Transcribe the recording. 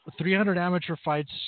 300-amateur-fights